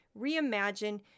reimagine